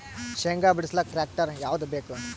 ಶೇಂಗಾ ಬಿಡಸಲಕ್ಕ ಟ್ಟ್ರ್ಯಾಕ್ಟರ್ ಯಾವದ ಬೇಕು?